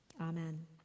Amen